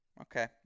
Okay